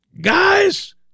Guys